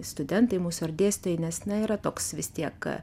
studentai mūsų ar dėstytojai nes na yra toks vis tiek